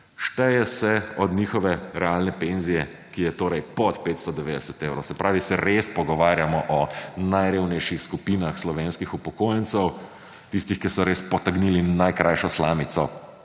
Šteje se od njihove realne penzije, ki je torej pod 590 evrov. Se pravi, se res pogovarjamo o najrevnejših skupinah slovenskih upokojencev, tistih, ki so res potegnili najkrajšo slamico